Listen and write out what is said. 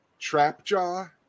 Trapjaw